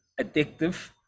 addictive